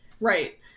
right